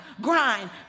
grind